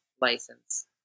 license